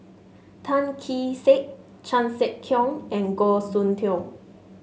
Tan Kee Sek Chan Sek Keong and Goh Soon Tioe